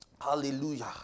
Hallelujah